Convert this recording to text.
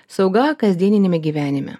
sauga kasdieniniame gyvenime